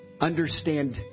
Understand